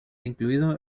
incluido